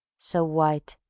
so white,